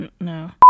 No